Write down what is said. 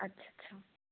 अच्छा अच्छा